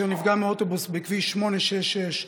אשר נפגע מאוטובוס בכביש 866,